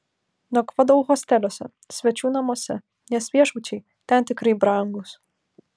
nakvodavau hosteliuose svečių namuose nes viešbučiai ten tikrai brangūs